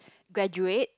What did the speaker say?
graduate